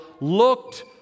looked